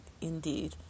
indeed